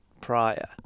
prior